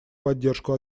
поддержку